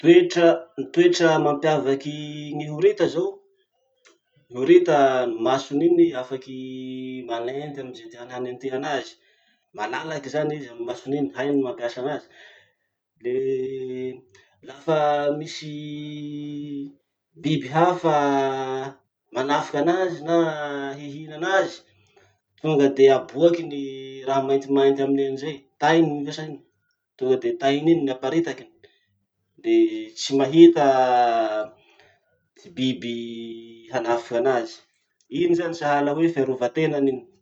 Toetra mampiavaky gny horita zao, ny horita masony iny afaky manenty amy ze tiany hanentia anazy. Malalaky zany izy amy masony iny, hainy mampiasa anazy. Le lafa misy biby hafa manafiky anazy na hihina anazy tonga de aboakiny raha maintimainty aminy eny zay; tainy vasakiny. Tonga de tainy iny ny aparitakiny de tsy mahita biby hanafiky azy. Iny zany sahala hoe fiarova-tenany iny.